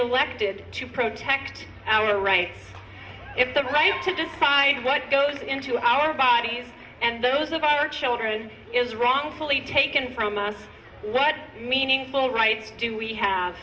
elected to protect our rights if the right to decide what goes into our bodies and those of our children is wrongfully taken from us what meaningful rights do we have